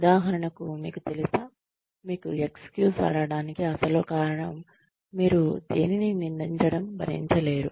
ఉదాహరణకు మీకు తెలుసా మీరు ఎక్స్క్యూజ్ అడగటానికి అసలు కారణం మీరు దేనిని నిందించడం భరించలేరు